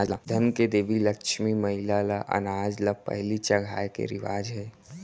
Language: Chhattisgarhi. धन के देवी लक्छमी मईला ल अनाज ल पहिली चघाए के रिवाज हे